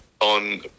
on